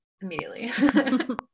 Immediately